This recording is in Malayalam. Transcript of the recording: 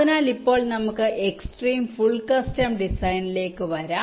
അതിനാൽ ഇപ്പോൾ നമുക്ക് എക്സ്ട്രീം ഫുൾ കസ്റ്റം ഡിസൈനിലേക്ക് വരാം